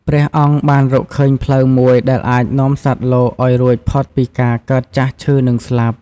ព្រះអង្គបានរកឃើញផ្លូវមួយដែលអាចនាំសត្វលោកឱ្យរួចផុតពីការកើត ចាស់ ឈឺ និងស្លាប់។